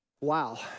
Wow